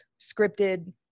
scripted